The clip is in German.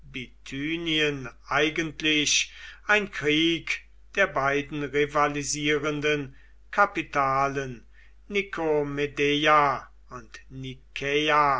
bithynien eigentlich ein krieg der beiden rivalisierenden kapitalen nikomedeia und nikäa